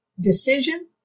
decision